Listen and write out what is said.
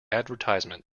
advertisement